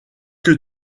que